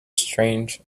strange